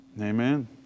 Amen